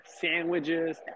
sandwiches